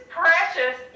precious